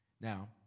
Now